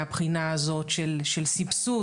מהבחינה הזאת של סבסוד,